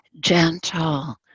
gentle